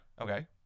okay